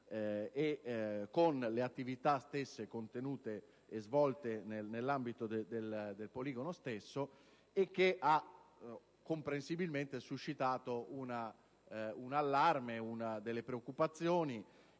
con le attività e svolte nell'ambito del poligono stesso. Ciò ha comprensibilmente suscitato un allarme e delle preoccupazioni.